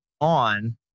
on